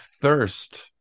thirst